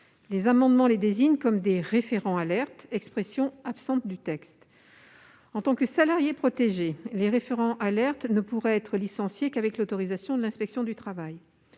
Les amendements les désignent comme des « référents alerte », une expression absente du texte de la proposition de loi. En tant que salariés protégés, les référents alerte ne pourraient être licenciés qu'avec l'autorisation de l'inspecteur du travail.